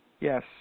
Yes